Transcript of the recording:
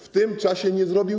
W tym czasie nic nie zrobił.